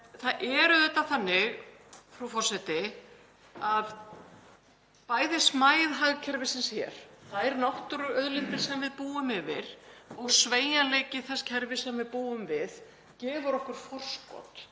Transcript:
Það er auðvitað þannig, frú forseti, að smæð hagkerfisins hér, þær náttúruauðlindir sem við búum yfir og sveigjanleiki þess kerfis sem við búum við gefur okkur forskot.